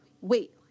wait